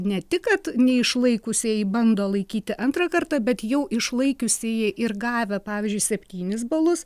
ne tik kad neišlaikusieji bando laikyti antrą kartą bet jau išlaikiusieji ir gavę pavyzdžiui septynis balus